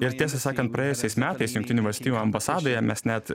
ir tiesą sakant praėjusiais metais jungtinių valstijų ambasadoje mes net